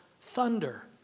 thunder